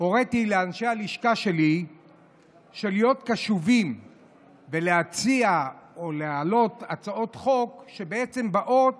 הוריתי לאנשי הלשכה שלי להיות קשובים ולהעלות הצעות חוק שבאות